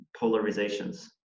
polarizations